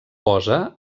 posa